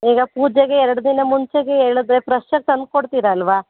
ಈಗ ಪೂಜೆಗೆ ಎರಡು ದಿನ ಮುಂಚೆಯೇ ಹೇಳದ್ರೆ ಫ್ರೆಶ್ಶಾಗಿ ತಂದು ಕೊಡ್ತೀರಲ್ಲವಾ